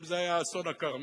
אם זה היה אסון הכרמל,